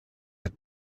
êtes